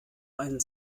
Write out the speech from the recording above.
einen